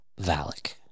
valak